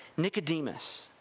Nicodemus